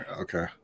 Okay